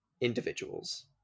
individuals